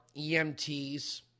EMTs